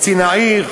לקצין העיר,